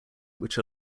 which